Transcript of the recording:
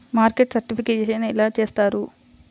Market certification ఎలా చేస్తారు?